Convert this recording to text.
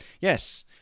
yes